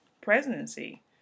presidency